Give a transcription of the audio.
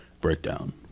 Breakdown